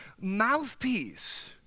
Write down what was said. mouthpiece